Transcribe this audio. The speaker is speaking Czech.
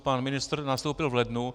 Pan ministr nastoupil v lednu.